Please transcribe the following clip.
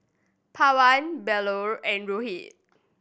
Pawan Bellur and Rohit